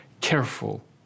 careful